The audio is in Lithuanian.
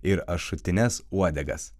ir ašutines uodegas